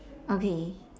okay